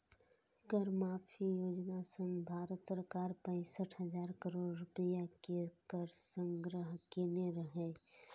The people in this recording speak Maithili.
कर माफी योजना सं भारत सरकार पैंसठ हजार करोड़ रुपैया के कर संग्रह केने रहै